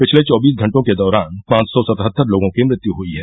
पिछले चौबीस घटों के दौरान पांच र्सा सतहत्तर लोगों की मृत्यू हुई है